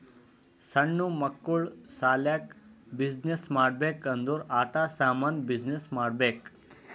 ಸಣ್ಣು ಮಕ್ಕುಳ ಸಲ್ಯಾಕ್ ಬಿಸಿನ್ನೆಸ್ ಮಾಡ್ಬೇಕ್ ಅಂದುರ್ ಆಟಾ ಸಾಮಂದ್ ಬಿಸಿನ್ನೆಸ್ ಮಾಡ್ಬೇಕ್